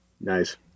Nice